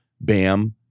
Bam